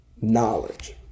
Knowledge